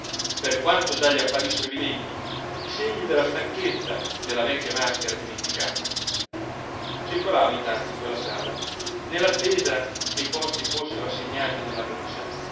per quanto già gli apparissero evidenti i segni della stanchezza nella vecchia maschera dimenticata circolava intanto in quella sala nellattesa che i posti fossero assegnati nella mensa